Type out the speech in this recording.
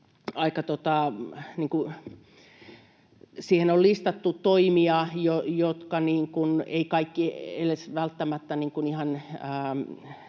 Siihen on listattu toimia, joista kaikista ei välttämättä